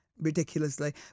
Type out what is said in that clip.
Ridiculously